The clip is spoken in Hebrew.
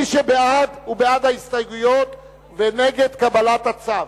מי שבעד הוא בעד ההסתייגויות ונגד קבלת הצו.